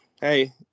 hey